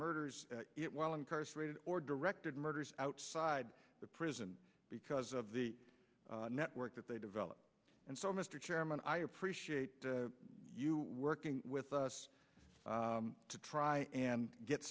murders while incarcerated or directed murders outside the prison because of the network that they develop and so mr chairman i appreciate you working with us to try and get